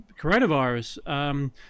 coronavirus